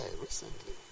recently